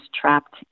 trapped